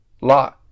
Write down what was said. Lot